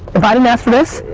if i didn't ask for this,